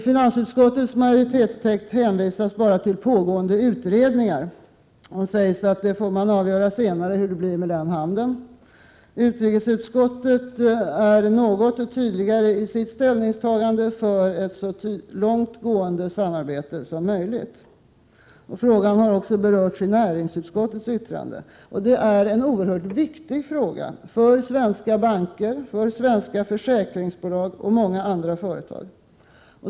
Finansutskottets majoritet hänvisar i sin skrivning bara till pågående utredningar och säger att det får avgöras senare hur det blir med den handeln. Utrikesutskottet är något tydligare i sitt ställningstagande för ett så långt gående samarbete som möjligt. Frågan har också berörts i näringsutskottets yttrande, och det är en oerhört viktig fråga för svenska banker, svenska försäkringsbolag och många andra företag.